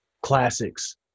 classics –